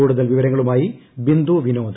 കൂടുതൽ വിവരങ്ങളുമായി ബിന്ദു വിനോദ്